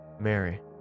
Mary